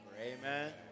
Amen